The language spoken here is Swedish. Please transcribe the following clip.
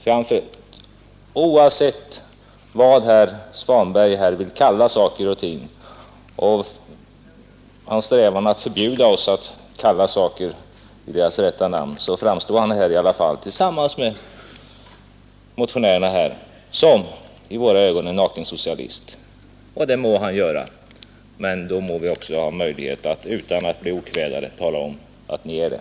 Och oavsett vad herr Svanberg här vill kalla saker och ting och trots hans strävan att förbjuda oss att kalla saker vid deras rätta namn, framstår han här i alla fall — tillsammans med motionärerna — som en i våra ögonen ren socialist, och det må han göra. Men då må vi också ha möjlighet att utan att bli okvädade tala om att ni är det.